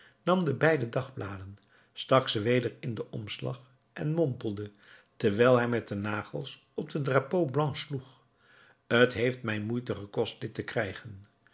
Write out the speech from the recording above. nam de beide dagbladen stak ze weder in den omslag en mompelde terwijl hij met de nagels op de drapeau blanc sloeg t heeft mij moeite gekost dit te krijgen